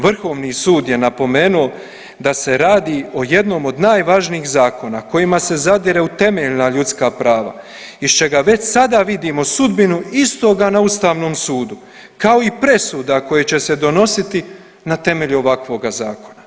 Vrhovni sud je napomenuo da se radi o jednom od najvažnijih zakona kojima se zadire u temeljna ljudska prava iz čega već sada vidimo sudbinu istoga na ustavnom sudu kao i presuda koje će se donositi na temelju ovakvoga zakona.